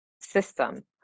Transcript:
system